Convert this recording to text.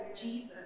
Jesus